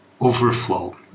overflow